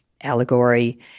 allegory